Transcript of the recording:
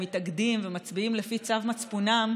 מתאגדים ומצביעים לפי צו מצפונם,